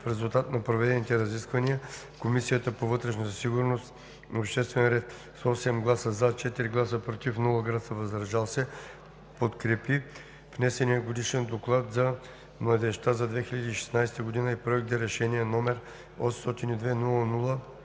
В резултат на проведените разисквания Комисията по вътрешна сигурност и обществен ред с 8 гласа „за“, 4 гласа „против“ и без „въздържал се“ подкрепи внесения Годишен доклад за младежта за 2016 г. и Проект за решение, №